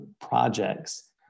projects